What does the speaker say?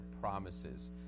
promises